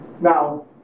Now